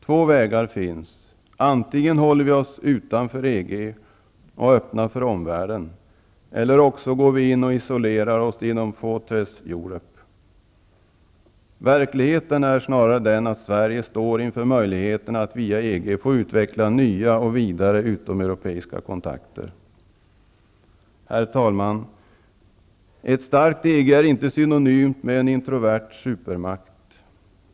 Två vägar finns: antingen håller vi oss utanför EG och öppna för omvärlden eller också går vi in och isolerar oss inom ''fortress Europe''. Verkligheten är snarare den att Sverige står inför möjligheten att via EG få utveckla nya och vidare utomeuropeiska kontakter. Herr talman! Ett starkt EG är inte synonymt med en introvert supermakt.